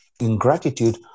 ingratitude